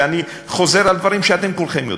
ואני חוזר על דברים שאתם כולכם יודעים.